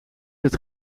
het